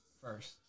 first